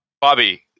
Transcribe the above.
Bobby